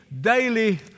daily